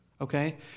okay